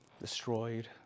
destroyed